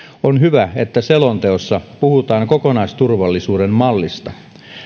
on hyvä että selonteossa puhutaan kokonaisturvallisuuden mallista